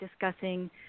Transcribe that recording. discussing